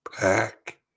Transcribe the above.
back